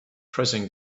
prison